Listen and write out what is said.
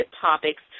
topics